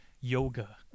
yoga